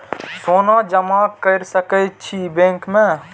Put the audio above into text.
सोना जमा कर सके छी बैंक में?